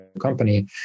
company